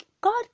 God